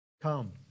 Come